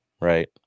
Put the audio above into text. right